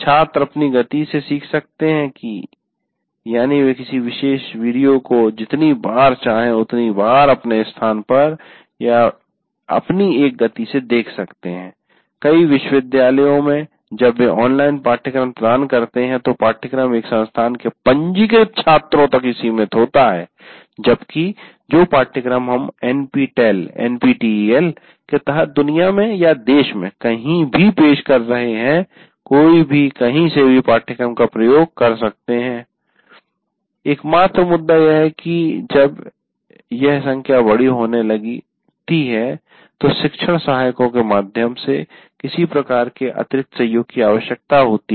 छात्र अपनी गति से सीख सकते हैं कि यानी वे किसी विशेष वीडियो को जितनी बार चाहें उतनी बार अपने स्थान पर या अपनी एक गति से देख सकते हैं कई विश्वविद्यालयों में जब वे ऑनलाइन पाठ्यक्रम प्रदान करते हैं तो पाठ्यक्रम एक संस्थान के पंजीकृत छात्रों तक ही सीमित होते हैं जबकि जो पाठ्यक्रम हम एनपीटीईएल के तहत दुनिया में या देश में कहीं भी पेश कर रहे हैं कोई भी कही से भी पाठ्यक्रम का प्रयोग कर सकते हैं एकमात्र मुद्दा यह है कि जब यह संख्या बड़ी होने लगती है तो शिक्षण सहायकों के माध्यम से किसी प्रकार के अतिरिक्त सहयोग की आवश्यकता होती है